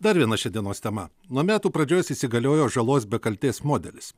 dar viena šiandienos tema nuo metų pradžios įsigaliojo žalos be kaltės modelis